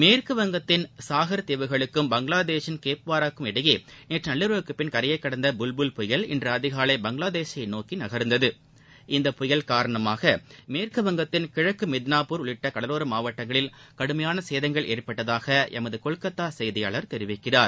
மேற்கு வங்கத்தின் சாஹர் தீவுகளுக்கும் பங்களாதேஷின் கேப்புபாராவுக்கும் இடையே நேற்று நள்ளிரவுக்கு பின் கரையை கடந்த புல் புயல் இன்று அதிகாலை பங்களாதேஷை நோக்கி நகர்ந்தது இந்த புயல் காரணமாக மேற்கு வங்கத்தின் கிழக்கு மிட்னாபூர் உள்ளிட்ட கடலோர மாவட்டங்களில் கடுமையான சேதங்கள் ஏற்பட்டதாக எமது கொல்கத்தா செய்தியாளர் தெரிவிக்கிறார்